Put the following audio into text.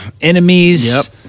enemies